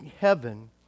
heaven